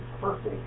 perfect